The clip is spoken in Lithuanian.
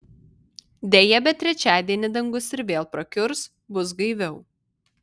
deja bet trečiadienį dangus ir vėl prakiurs bus gaiviau